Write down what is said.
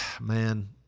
Man